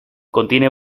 contiene